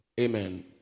Amen